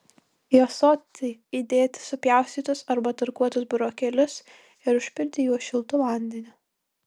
į ąsotį įdėti supjaustytus arba tarkuotus burokėlius ir užpilti juos šiltu vandeniu